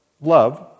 love